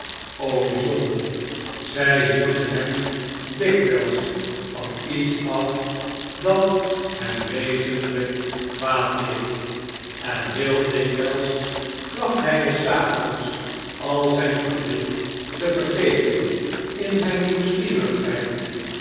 o bijzonder zij hielden hem dikwijls van iets af dat hem wezenlijk kwaad deed en heel dikwijls placht hi des avonds al zijn verdriet te vergeten in zijn nieuwsgierigheid